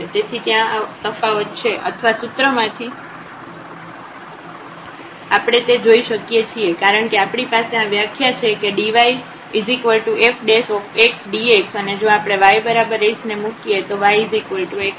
તેથી ત્યાં આ તફાવત છે અથવા સુત્ર માંથી આપણે તે જોઈ શકીએ છીએ કારણ કે આપણી પાસે આ વ્યાખ્યા છે કે dyf dx અને જો આપણે y બરાબર x ને મૂકીએ તો y x થશે